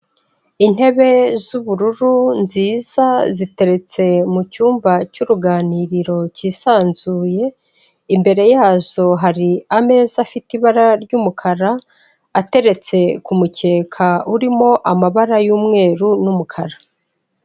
Intebe z'ubururu nziza ziteretse mu cyumba cy'uruganiriro cyisanzuye, imbere yazo hari ameza afite ibara ry'umukara, ateretse ku mukeka urimo amabara y'umweru n'umukara.